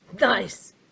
Nice